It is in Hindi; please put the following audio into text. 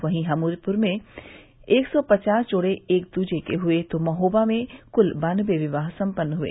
वहीं हमीरपुर में एक सौ पचास जोड़े एक दूजे के हुए तो महोबा में कूल बान्नवे विवाह सम्पन्न हुए